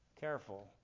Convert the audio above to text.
careful